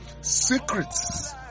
secrets